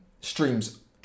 streams